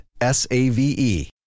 S-A-V-E